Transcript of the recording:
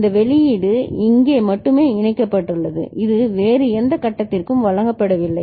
இந்த வெளியீடு இங்கே மட்டுமே இணைக்கப்பட்டுள்ளது இது வேறு எந்த கட்டத்திற்கும் வழங்கப்படவில்லை